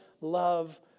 love